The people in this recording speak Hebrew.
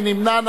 מי נמנע?